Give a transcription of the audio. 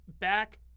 back